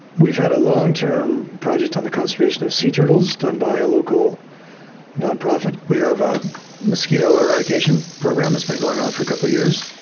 we've had a long-term project on the conservation of sea turtles done by a local non-profit. we have a mosquito eradication program that's been going on for a couple of years.